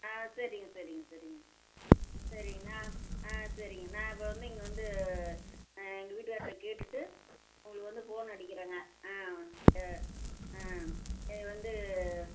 ஆ சரிங்க சரிங்க சரிங்க சரிங்க நான் ஆ சரிங்க நான் இப்போ வந்து இங்கே வந்து எங்க வீட்டுக்காரு கிட்டே கேட்டுட்டு உங்களுக்கு வந்து ஃபோன் அடிக்கிறேங்க ஆ ஆ ஆ இது வந்து